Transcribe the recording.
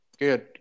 Good